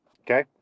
Okay